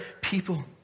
people